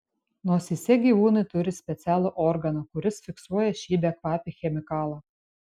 nosyse gyvūnai turi specialų organą kuris fiksuoja šį bekvapį chemikalą